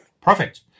Perfect